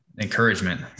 encouragement